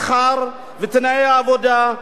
השכר ותנאי העבודה,